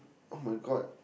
oh my god